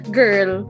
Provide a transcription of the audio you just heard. girl